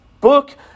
book